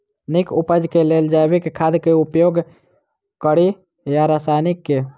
नीक उपज केँ लेल जैविक खाद केँ उपयोग कड़ी या रासायनिक केँ?